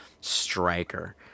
striker